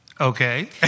Okay